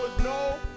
No